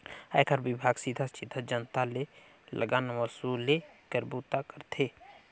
आयकर विभाग सीधा सीधा जनता ले लगान वसूले कर बूता करथे